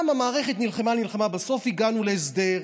גם המערכת נלחמה ונלחמה ובסוף הגענו להסדר.